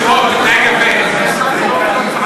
אתה יושב-ראש, תתנהג יפה.